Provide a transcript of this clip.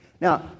Now